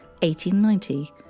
1890